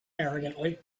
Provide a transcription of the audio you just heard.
arrogantly